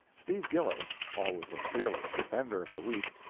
steve gillis, always a fearless defender of the weak,